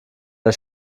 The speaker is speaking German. der